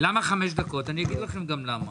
אני אגיד לכם גם למה.